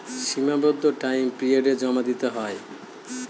সীমাবদ্ধ টাইম পিরিয়ডে জমা দিতে হয়